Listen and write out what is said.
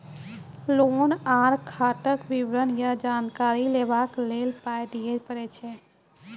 Loan आर खाताक विवरण या जानकारी लेबाक लेल पाय दिये पड़ै छै?